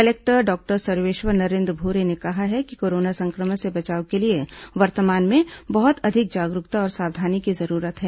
collector doctor Sarveshwar Narendra Bhure ने कहा है कि कोरोना संक्रमण से बचाव के लिए वर्तमान में बहुत अधिक जागरूकता और सावधानी की जरूरत है